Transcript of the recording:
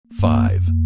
Five